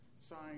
sign